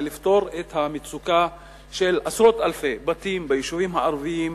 ולפתור את המצוקה של עשרות אלפי בתים ביישובים הערביים,